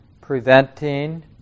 preventing